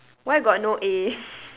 why got no A